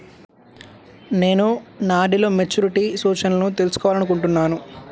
నేను నా ఆర్.డీ లో మెచ్యూరిటీ సూచనలను తెలుసుకోవాలనుకుంటున్నాను